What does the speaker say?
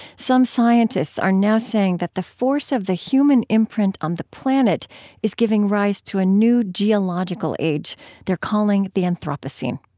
some scientists are now saying that the force of the human imprint on the planet is giving rise to a new geological age they're calling the anthropocene.